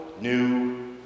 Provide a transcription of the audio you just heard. new